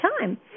time